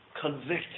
convicted